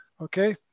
okay